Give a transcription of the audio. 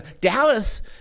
Dallas